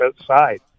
outside